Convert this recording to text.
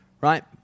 right